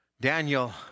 Daniel